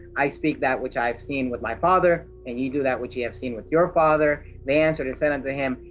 i speak that which i have seen with my father and ye do that which ye have seen with your father. they answered and said unto him,